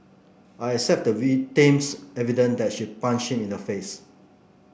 I accept the victim's evidence that she punched him in the face